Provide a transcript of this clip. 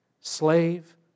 slave